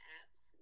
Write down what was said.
apps